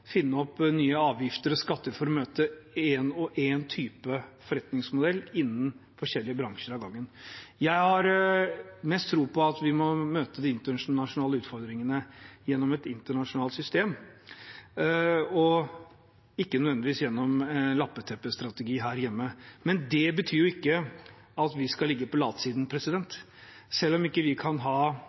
finne opp nye avgifter og skatter for å møte én og én type forretningsmodell innen forskjellige bransjer av gangen. Jeg har mest tro på at vi må møte de internasjonale utfordringene gjennom et internasjonalt system, og ikke nødvendigvis gjennom lappeteppestrategi her hjemme, men det betyr jo ikke at vi skal ligge på latsiden. Selv om vi ikke kan ha